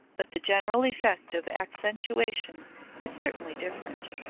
but the general effect of accentuation is certainly different.